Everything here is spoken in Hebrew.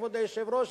כבוד היושב-ראש,